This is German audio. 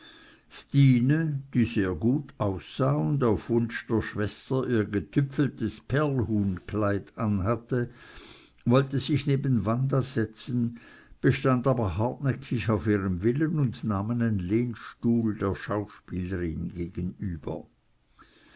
stine die sehr gut aussah und auf wunsch der schwester ihr getüpfeltes perlhuhnkleid anhatte sollte sich neben wanda setzen bestand aber hartnäckig auf ihrem willen und nahm einen lehnstuhl der schauspielerin gegenüber